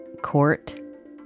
court